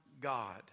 God